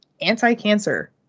anti-cancer